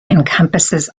encompasses